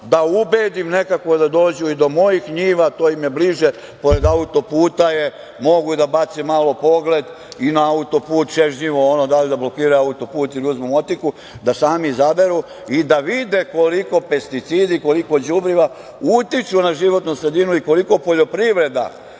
da ubedim nekako da dođu i do mojih njiva, to im je bliže, pored autoputa je, mogu da bace malo pogled i na autoput, čežnjivo ono, da li da blokiraju autoput ili uzmu motiku, da sami izaberu i da vide koliko pesticida, koliko đubriva utiču na životnu sredinu i koliko poljoprivreda